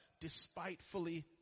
Despitefully